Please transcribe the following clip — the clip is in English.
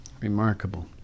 remarkable